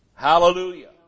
Hallelujah